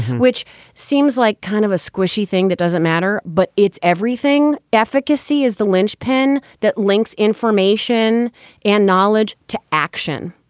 which seems like kind of a squishy thing. that doesn't matter. but it's everything. efficacy is the linchpin that links information and knowledge to action.